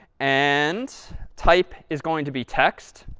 and type is going to be text.